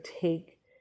take